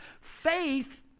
Faith